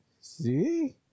see